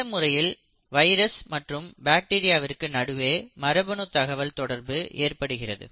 இந்த முறையில் வைரஸ் மற்றும் பாக்டீரியாவிற்கு நடுவே மரபணு தகவல் தொடர்பு ஏற்படுகிறது